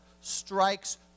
strikes